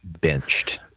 benched